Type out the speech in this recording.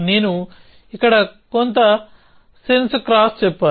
నేను ఇక్కడ కొంత సెన్స్ క్రాస్ చెప్పాలి